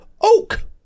Oak